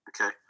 Okay